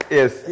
Yes